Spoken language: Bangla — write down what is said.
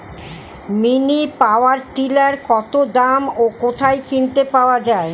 মিনি পাওয়ার টিলার কত দাম ও কোথায় কিনতে পাওয়া যায়?